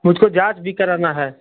मुझको जाँच भी कराना है